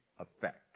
effect